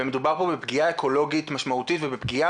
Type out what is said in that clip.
ומדובר פה בפגיעה אקולוגית משמעותית ופגיעה